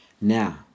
Now